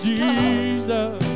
Jesus